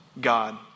God